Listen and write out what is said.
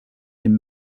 him